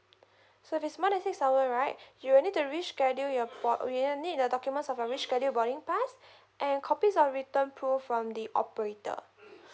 so if it's more than six hour right you will need to reschedule your po~ we will need the documents of a rescheduled boarding pass and copies of written proof from the operator